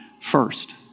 first